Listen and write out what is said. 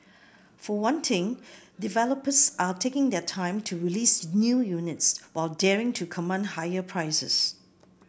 for one thing developers are taking their time to release new units while daring to command higher prices